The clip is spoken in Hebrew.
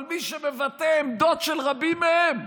אבל מי שמבטא עמדות של רבים מהם,